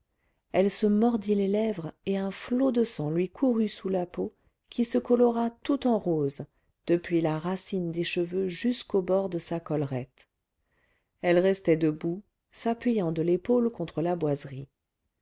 elle se mordit les lèvres et un flot de sang lui courut sous la peau qui se colora tout en rose depuis la racine des cheveux jusqu'au bord de sa collerette elle restait debout s'appuyant de l'épaule contre la boiserie